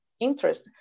interest